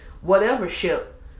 whatever-ship